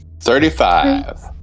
Thirty-five